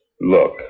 Look